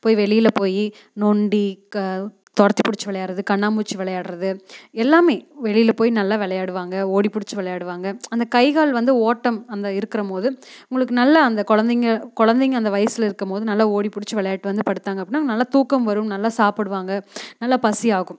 போய் வெளியில் போய் நொண்டி துரத்தி பிடிச்சி விளையாட்றது கண்ணாமூச்சி விளையாட்றது எல்லாம் வெளியில் போய் நல்லா விளையாடுவாங்க ஓடி பிடிச்சி விளையாடுவாங்க அந்த கைக்கால் வந்து ஓட்டம் அந்த இருக்கிறம்போது உங்களுக்கு நல்லா அந்த குழந்தைங்க குழந்தைங்க அந்த வயசில் இருக்கும் போது நல்லா ஓடி பிடிச்சி விளையாடிட்டு வந்து படுத்தாங்க அப்படின்னா அவங்க நல்லா தூக்கம் வரும் நல்லா சாப்பிடுவாங்க நல்லா பசியாகும்